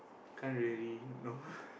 can't really no